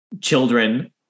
children